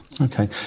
Okay